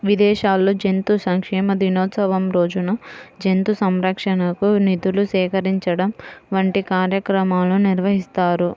విదేశాల్లో జంతు సంక్షేమ దినోత్సవం రోజున జంతు సంరక్షణకు నిధులు సేకరించడం వంటి కార్యక్రమాలు నిర్వహిస్తారు